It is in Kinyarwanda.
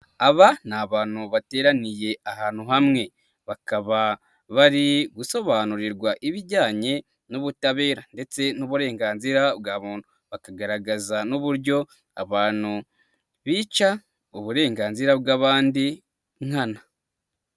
Aba ni abantu bateraniye ahantu hamwe bakaba bari gusobanurirwa ibijyanye n'ubutabera ndetse n'uburenganzira bwa muntu. Bakagaragaza n'uburyo abantu bica uburenganzira bw'abandi nkana.